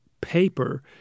paper